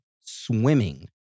swimming